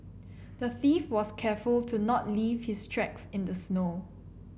the thief was careful to not leave his tracks in the snow